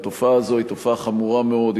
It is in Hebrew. התופעה הזאת היא חמורה מאוד,